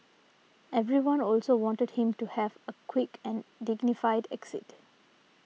everyone also wanted him to have a quick and dignified exit